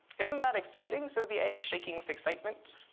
isn't that exciting, says the egg, shaking with excitement.